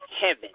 heaven